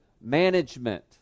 management